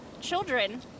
children